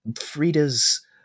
Frida's